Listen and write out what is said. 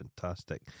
fantastic